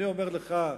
אני אומר לך,